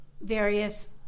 various